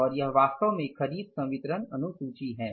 और यह वास्तव में खरीद संवितरण अनुसूची है